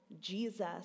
Jesus